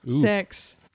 Six